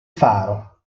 faro